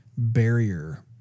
Barrier